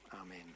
Amen